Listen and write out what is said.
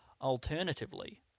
alternatively